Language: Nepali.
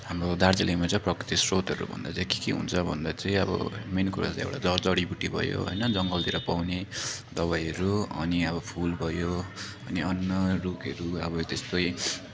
हाम्रो दार्जिलिङमा चाहिँ प्राकृतिक स्रोतहरू भन्दा चाहिँ के के हुन्छ भन्दा चाहिँ अब मेन कुरो चाहिँ एउटा जडीबुटी भयो होइन जङ्गलतिर पाउने दबाईहरू अनि अब फुल भयो अनि अन्य रुखहरू अब त्यस्तै